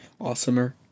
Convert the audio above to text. awesomer